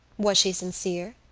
was she sincere?